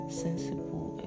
sensible